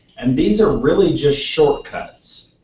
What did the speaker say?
and these are really just short cuts.